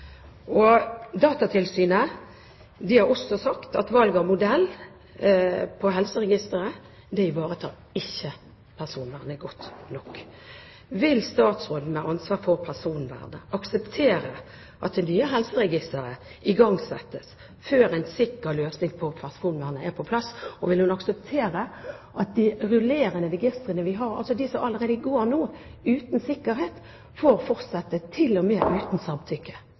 Datatilsynet har også sagt at valg av modell for helseregisteret ikke ivaretar personvernet godt nok. Vil statsråden med ansvar for personvernet akseptere at det nye helseregisteret igangsettes før en sikker løsning på personvernet er på plass, og vil hun akseptere at de rullerende registrene vi har – de som allerede går nå uten sikkerhet – får fortsette, til og med uten samtykke?